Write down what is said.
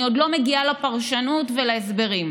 אני עוד לא מגיעה לפרשנות ולהסברים.